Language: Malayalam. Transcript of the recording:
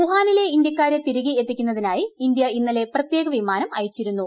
വുഹാനിലെ ഇന്ത്യക്കാരെ തിരികെ എത്ത്രിക്കുന്നതിനായി ഇന്ത്യ ഇന്നലെ പ്രത്യേക വിമാനം അയച്ചിരുണ്ടു